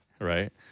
Right